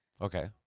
Okay